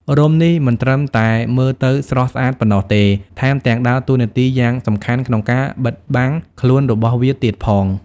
រោមនេះមិនត្រឹមតែមើលទៅស្រស់ស្អាតប៉ុណ្ណោះទេ ថែមទាំងដើរតួនាទីយ៉ាងសំខាន់ក្នុងការ បិទបាំងខ្លួន របស់វាទៀតផង។